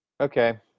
Okay